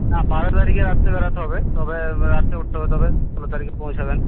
হ্যাঁ বারো তারিখে রাত্রে বেরোতে হবে তবে রাত্রে উঠতে হবে তবে ষোলো তারিখে পৌঁছবেন